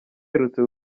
aherutse